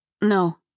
No